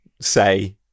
say